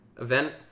event